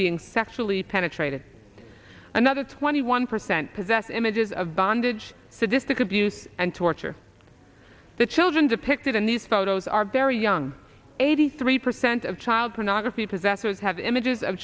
being sexually penetrated another twenty one percent possess images of bondage sadistic abuse and torture the children depicted in these photos are very young eighty three percent of child pornography possessors have images of